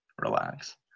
relax